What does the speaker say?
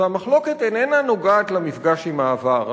והמחלוקת אינה נוגעת למפגש עם העבר,